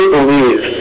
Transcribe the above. believe